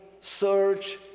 search